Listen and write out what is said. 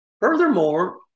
Furthermore